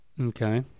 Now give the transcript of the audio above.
Okay